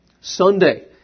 Sunday